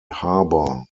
harbour